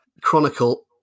chronicle